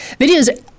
videos